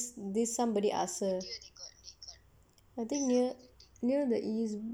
this somebody ask her I think near near the east